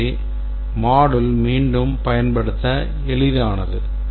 எனவே module மீண்டும் பயன்படுத்த எளிதானது